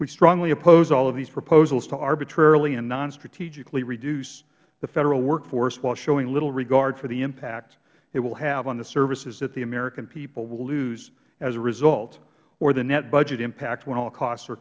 we strongly oppose all of these proposals to arbitrarily and nonstrategically reduce the federal workforce while showing little regard for the impact it will have on the services that the american people will lose as a result or the net budget impact when all costs are